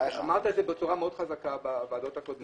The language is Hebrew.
אמרת את זה בצורה חזקה מאוד בישיבות הקודמות.